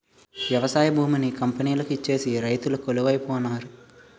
వ్యవసాయ భూమిని కంపెనీలకు ఇచ్చేసి రైతులు కొలువై పోనారు